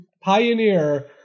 pioneer